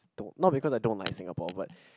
not because I don't like Singapore but